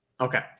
okay